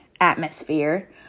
atmosphere